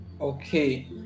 okay